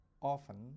often